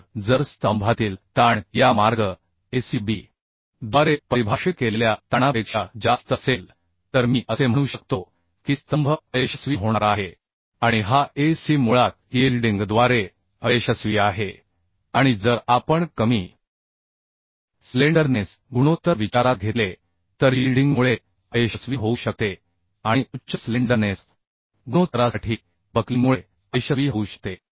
तर जर स्तंभातील ताण या मार्ग a c b द्वारे परिभाषित केलेल्या ताणापेक्षा जास्त असेल तर मी असे म्हणू शकतो की स्तंभ अयशस्वी होणार आहे आणि हा a c मुळात यील्डिंगद्वारे अयशस्वी आहे आणि जर आपण कमी स्लेंडरनेस गुणोत्तर विचारात घेतले तर यील्डिंगमुळे अयशस्वी होऊ शकते आणि उच्च स्लेंडरनेस गुणोत्तरासाठी बक्लिंगमुळे अयशस्वी होऊ शकते